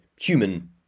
human